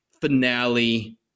finale